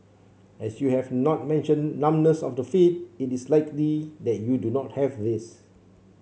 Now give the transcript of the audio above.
as you have not mentioned numbness of the feet it is likely that you do not have this